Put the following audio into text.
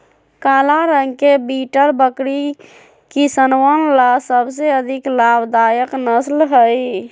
काला रंग के बीटल बकरी किसनवन ला सबसे अधिक लाभदायक नस्ल हई